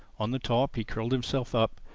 on the top, he curled himself up,